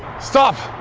stop! oh,